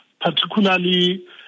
particularly